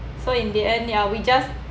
so in the end ya we just